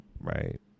Right